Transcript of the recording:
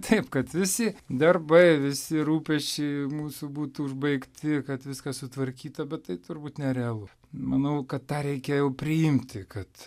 taip kad visi darbai visi rūpesčiai mūsų būtų užbaigti kad viskas sutvarkyta bet tai turbūt nerealu manau kad tą reikia jau priimti kad